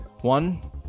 One